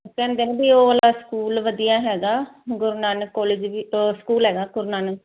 school ਵਧੀਆ ਹੈਗਾ Guru Nanak college ਵੀ ਸਕੂਲ ਹੈਗਾ ਗੁਰੂ ਨਾਨਕ